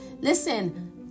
Listen